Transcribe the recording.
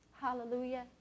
Hallelujah